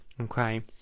okay